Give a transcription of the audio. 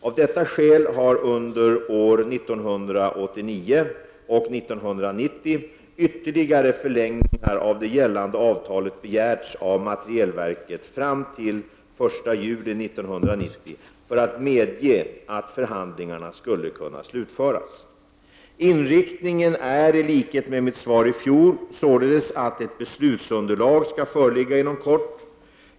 Av detta skäl har under åren 1989 och 1990 ytterligare förlängningar av det gällande avtalet begärts av materielverket fram till den 1 juli 1990 för att medge att förhandlingarna skulle kunna slutföras. Inriktningen är, i likhet med vad jag sade i mitt svar i fjol, således att ett beslutsunderlag skall föreligga inom kort.